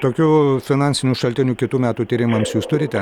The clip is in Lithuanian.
tokių finansinių šaltinių kitų metų tyrimams jūs turite